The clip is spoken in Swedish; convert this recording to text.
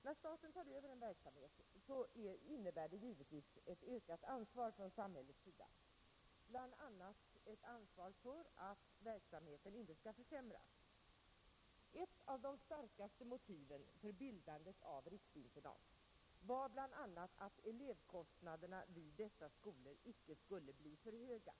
När staten tar över en verksamhet innebär det givetvis ett ökat ansvar från samhällets sida, bl.a. ett ansvar för att verksamheten inte skall försämras. Ett av de starkaste motiven för bildandet av riksinternat var bl.a. att elevkostnaderna vid dessa skolor icke skulle bli för höga.